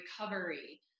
recovery